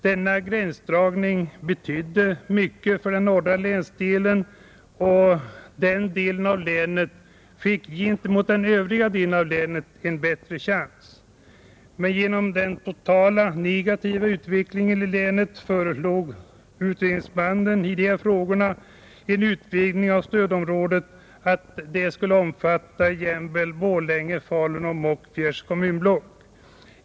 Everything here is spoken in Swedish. Denna gränsdragning betydde mycket för den norra länsdelen, och den delen av länet fick gentemot den övriga delen av länet en bättre chans. Men på grund av den totala negativa utvecklingen i länet föreslog utredningsmannen i dessa frågor en utvidgning av stödområdet till att omfatta jämväl Borlänge, Falun och Mockfjärds kommunblock.